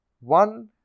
One